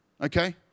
okay